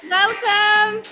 welcome